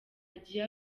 agiye